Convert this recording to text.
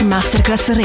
Masterclass